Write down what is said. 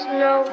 no